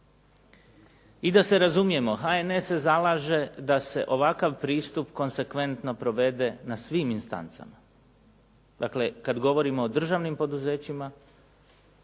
I da se razumijemo, HNS se zalaže da se ovakav pristup konsekventno provede na svim instancama. Dakle, kad govorimo o državnim poduzećima